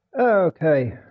Okay